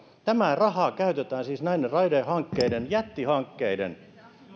tämä raha käytetään siis näiden raidehankkeiden jättihankkeiden